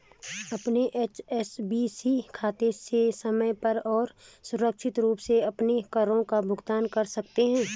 अपने एच.एस.बी.सी खाते से समय पर और सुरक्षित रूप से अपने करों का भुगतान कर सकते हैं